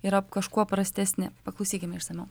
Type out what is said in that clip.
yra kažkuo prastesni paklausykime išsamiau